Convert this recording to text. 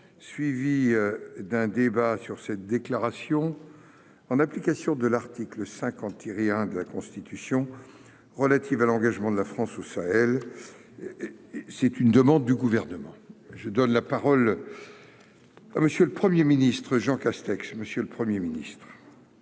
suivie d'un débat sur cette déclaration en application de l'article 50 Thierry 1 de la Constitution relatives à l'engagement de la France au Sahel et c'est une demande du gouvernement. Je donne la parole à Monsieur le 1er ministre Jean Castex, monsieur le 1er ministre.